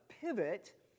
pivot